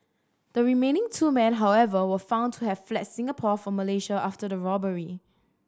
the remaining two men however were found to have fled Singapore for Malaysia after the robbery